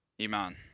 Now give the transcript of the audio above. Iman